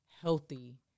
healthy